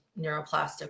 neuroplastic